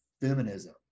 feminism